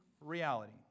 reality